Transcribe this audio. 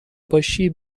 باشی